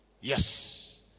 Yes